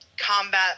combat